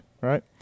right